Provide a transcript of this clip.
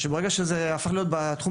שברגע שזה הפך להיות בתחום